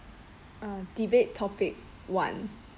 uh debate topic one